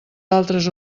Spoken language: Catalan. altres